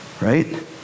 right